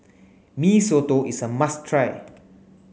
Mee Soto is a must try